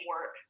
work